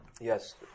Yes